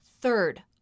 Third